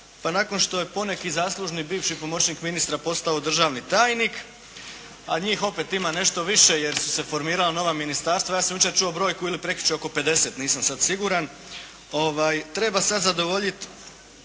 a nakon što je poneki zaslužni bivši pomoćnik ministra postao državni tajnik, a njih opet ima nešto više jer su se formirala nova ministarstva, ja sam jučer čuo brojku, ili prekjučer oko 50, nisam sada siguran. Treba sada zadovoljiti